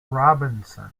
robinson